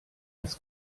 des